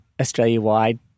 Australia-wide